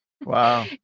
Wow